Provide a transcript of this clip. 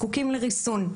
זקוקים לריסון.